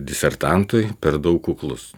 disertantui per daug kuklus